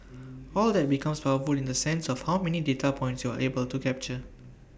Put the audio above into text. all that becomes powerful in the sense of how many data points you are able to capture